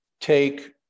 take